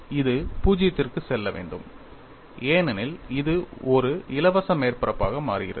இது 0 க்கு செல்ல வேண்டும் ஏனெனில் இது ஒரு இலவச மேற்பரப்பாக மாறுகிறது